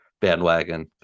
bandwagon